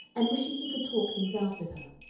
and wishing he could talk things out with her.